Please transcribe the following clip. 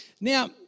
Now